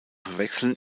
verwechseln